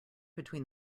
between